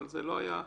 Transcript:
אבל זה לא היה מפוקח.